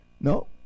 No